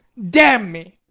damn me.